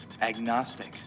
agnostic